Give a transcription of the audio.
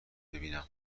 ببینم